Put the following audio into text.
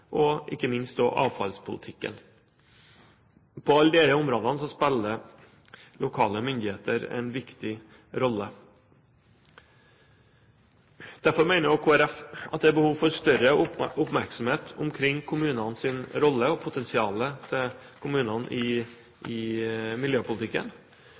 og ikke minst også avfallspolitikken. På alle disse områdene spiller lokale myndigheter en viktig rolle. Derfor mener Kristelig Folkeparti at det er behov for større oppmerksomhet omkring kommunenes rolle og potensial i miljøpolitikken. Statsråden viser i sitt svarbrev til ulike tiltak som allerede er i